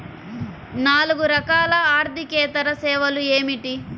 నాలుగు రకాల ఆర్థికేతర సేవలు ఏమిటీ?